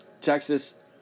Texas